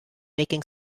nicking